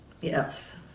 Yes